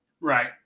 Right